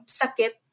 sakit